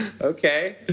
okay